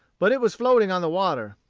but it was floating on the water.